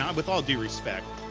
um with all due respect,